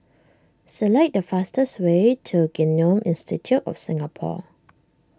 select the fastest way to Genome Institute of Singapore